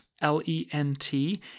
L-E-N-T